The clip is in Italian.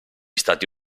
stati